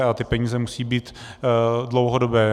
A ty peníze musí být dlouhodobé.